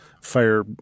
fire